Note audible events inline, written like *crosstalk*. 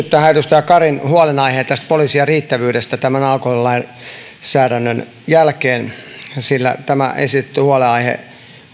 *unintelligible* tähän edustaja karin huolenaiheeseen poliisien riittävyydestä tämän alkoholilainsäädännön jälkeen sillä tämä mistä on esitetty huolenaihe